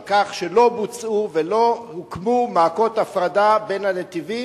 על כך שלא בוצעו ולא הוקמו מעקות הפרדה בין הנתיבים,